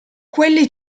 quelli